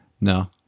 No